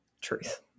truth